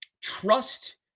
trust